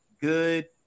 good